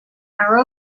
are